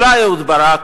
אולי אהוד ברק?